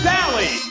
Sally